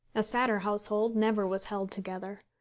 a sadder household never was held together.